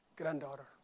granddaughter